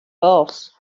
boss